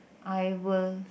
I will